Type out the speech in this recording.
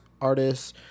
artists